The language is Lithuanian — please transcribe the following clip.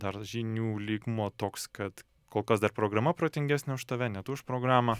dar žinių lygmuo toks kad kol kas dar programa protingesnė už tave ne tu už programą